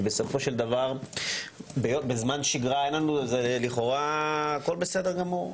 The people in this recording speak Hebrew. כי בסופו של דבר בזמן שגרה לכאורה הכול בסדר גמור,